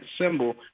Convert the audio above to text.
symbol